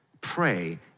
Pray